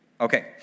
Okay